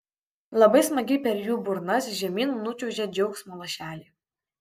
labai smagiai per jų burnas žemyn nučiuožia džiaugsmo lašeliai